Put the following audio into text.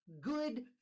good